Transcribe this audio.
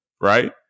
Right